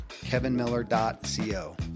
kevinmiller.co